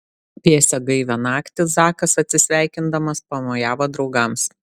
vėsią gaivią naktį zakas atsisveikindamas pamojavo draugams